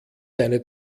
seine